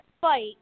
fight